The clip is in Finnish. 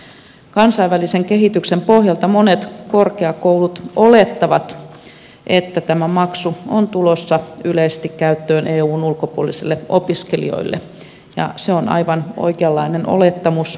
kansainvälisen kehityksen pohjalta monet korkeakoulut olettavat että tämä maksu on tulossa yleisesti käyttöön eun ulkopuolisille opiskelijoille ja se on aivan oikeanlainen olettamus